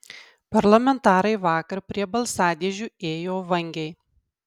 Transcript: parlamentarai vakar prie balsadėžių ėjo vangiai